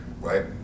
Right